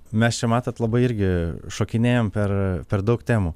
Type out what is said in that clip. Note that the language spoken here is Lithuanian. mes čia matot labai irgi šokinėjam per per daug temų